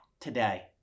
today